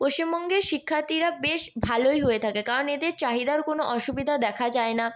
পশ্চিমবঙ্গের শিক্ষার্থীরা বেশ ভালোই হয়ে থাকে কারণ এদের চাহিদার কোনও অসুবিধা দেখা যায় না